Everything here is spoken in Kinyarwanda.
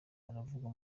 aravurwa